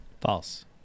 False